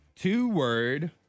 Two-word